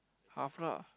half lah